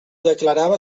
declarava